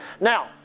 Now